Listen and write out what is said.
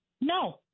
No